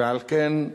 ועל כן,